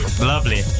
lovely